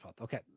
okay